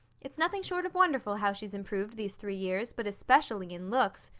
it's nothing short of wonderful how she's improved these three years, but especially in looks.